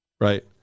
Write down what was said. Right